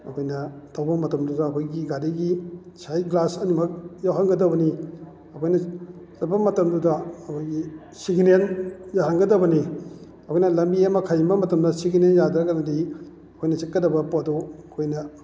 ꯑꯩꯈꯣꯏꯅ ꯊꯧꯕ ꯃꯇꯝꯗꯁꯨ ꯑꯩꯈꯣꯏꯒꯤ ꯒꯥꯔꯤ ꯁꯥꯏꯠ ꯒ꯭ꯂꯥꯁ ꯑꯅꯤꯃꯛ ꯌꯥꯎꯍꯟꯒꯗꯕꯅꯤ ꯑꯩꯈꯣꯏꯅ ꯆꯠꯄ ꯃꯇꯝꯗꯨꯗ ꯑꯩꯈꯣꯏꯒꯤ ꯁꯤꯒꯤꯅꯦꯟ ꯌꯥꯍꯟꯒꯗꯕꯅꯤ ꯑꯩꯈꯣꯏꯅ ꯂꯝꯕꯤ ꯑꯃ ꯈꯥꯏꯖꯤꯟꯕ ꯃꯇꯝꯗ ꯁꯤꯒꯤꯅꯦꯟ ꯌꯥꯗ꯭ꯔꯒꯕꯨꯗꯤ ꯑꯩꯈꯣꯏꯅ ꯆꯠꯀꯗꯕ ꯄꯣꯠꯇꯣ ꯑꯩꯈꯣꯏꯅ